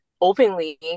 openly